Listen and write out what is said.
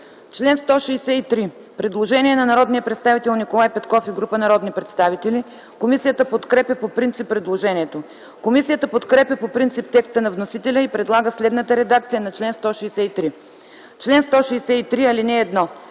ЦИПОВ: Предложение на народния представител Николай Петков и група народни представители за чл. 145. Комисията подкрепя по принцип предложението. Комисията подкрепя по принцип текста на вносителя и предлага следната редакция на чл. 145: „Чл. 145. (1) На